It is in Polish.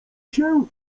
się